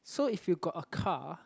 so if you got a car